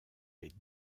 les